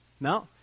no